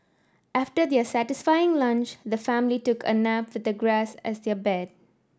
after their satisfying lunch the family took a nap with the grass as their bed